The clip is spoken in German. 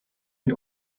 mit